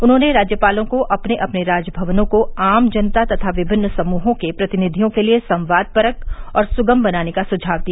उन्होंने राज्यपालों को अपने अपने राज भवनों को आम जनता तथा विभिन्न समूहों के प्रतिनिधियों के लिए संवादपरक और सुगम बनाने का सुझाव दिया